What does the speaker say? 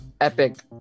epic